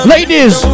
Ladies